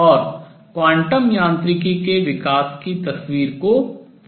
और क्वांटम यांत्रिकी के विकास की तस्वीर को पूरा करता है